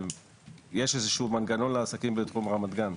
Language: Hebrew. האם יש איזה שהוא מנגנון לעסקים בתחום רמת גן?